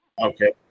Okay